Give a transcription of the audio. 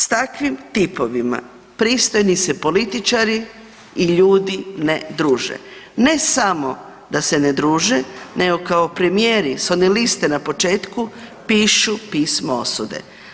S takvim tipovima pristojni se političari i ljudi ne druže, ne samo da se ne druže nego kao premijeri s one liste na početku pišu pismo osude.